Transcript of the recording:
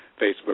Facebook